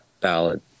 ballad